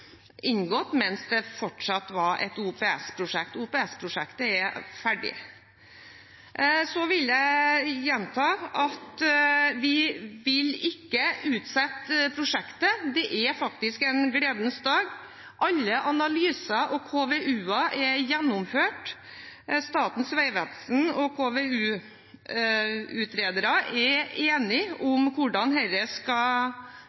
inngått mens dette fortsatt var et OPS-prosjekt. OPS-prosjektet er ferdig. Så vil jeg gjenta at vi ikke vil utsette prosjektet. Dette er faktisk en gledens dag. Alle analyser og KVU-er er gjennomført. Statens vegvesen og KVU-utredere er enige om hvordan dette skal